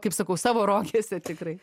kaip sakau savo rogėse tikrai